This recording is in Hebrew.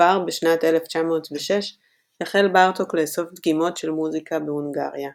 כבר בשנת 1906 החל בארטוק לאסוף דגימות של מוזיקה בהונגריה.